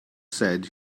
said